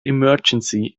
emergency